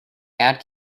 add